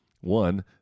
One